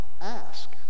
ask